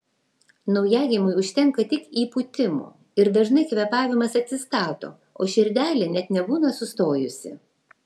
naujagimiui užtenka tik įpūtimų ir dažnai kvėpavimas atsistato o širdelė net nebūna sustojusi